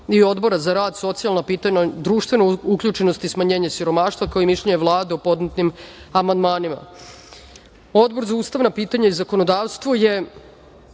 i Odbora za rad, socijalna pitanja, društvenu uključenost i smanjenje siromaštva, kao i mišljenje Vlade o podnetim amandmanima. Odbor za ustavna pitanja i zakonodavstvo je